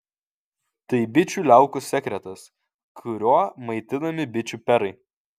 tai bičių liaukų sekretas kuriuo maitinami bičių perai